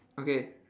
okay